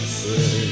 say